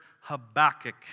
Habakkuk